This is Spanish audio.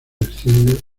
desciende